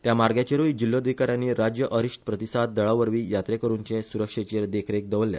त्या मार्गाचेरुय जिल्लोधिका यांनी राज्य अरिश्ट प्रतिसाद दळावरवी यात्रेकरुंचे सुरक्षेचेर देखरेख दवरल्या